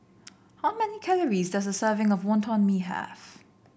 how many calories does a serving of Wonton Mee have